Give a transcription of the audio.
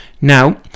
Now